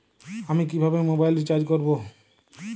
আমি কিভাবে mobile recharge করব?